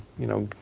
you know,